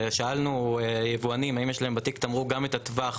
שאלנו יבואנים אם יש להם בתיק תמרוק גם את הטווח